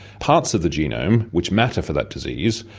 parts of the genome which matter for that disease,